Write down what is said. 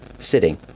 sitting